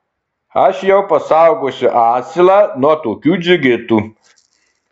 aš jau pasaugosiu asilą nuo tokių džigitų